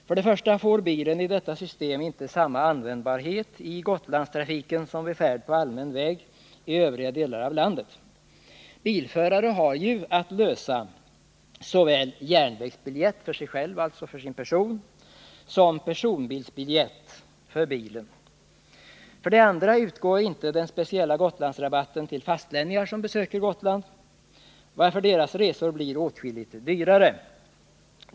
För det första får bilen i detta system inte samma användbarhet i Gotlandstrafiken som vid färd på allmän väg i övriga delar av landet. Bilförare har ju att lösa såväl ”järnvägsbiljett” för sin person som ”personbilsbiljett” för bilen. För det andra utgår inte den speciella Gotlandsrabatten till fastlänningar som besöker Gotland, varför deras resor blir åtskilligt dyrare.